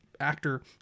actor